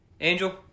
Angel